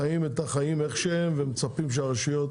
חיים את החיים איך שהם ומצפים שהרשויות